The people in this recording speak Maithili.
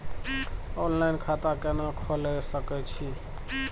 ऑनलाइन खाता केना खोले सकै छी?